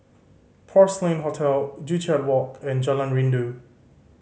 Porcelain Hotel Joo Chiat Walk and Jalan Rindu